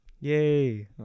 Yay